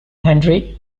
henry